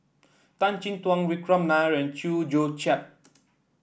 Tan Chin Tuan Vikram Nair and Chew Joo Chiat